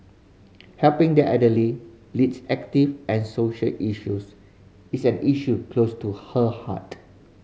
helping the elderly leads active and social issues is an issue close to her heart